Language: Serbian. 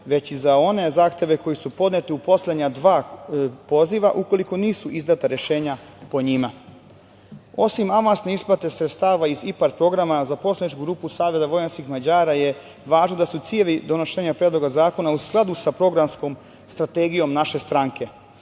već i za one zahteve koji su podneti u poslednja dva poziva ukoliko nisu izdata rešenja po njima. Osim avansne isplate sredstava iz IPARD programa za poslaničku grupu SVM je važno da su ciljevi donošenja Predloga zakona u skladu sa programskom strategijom naše stranke.